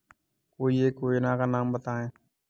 कोई एक योजना का नाम बताएँ?